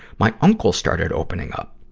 my uncle started opening up.